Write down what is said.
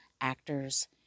actors